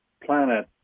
planet